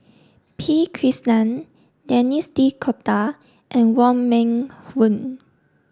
P Krishnan Denis D'Cotta and Wong Meng Voon